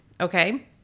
Okay